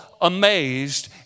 amazed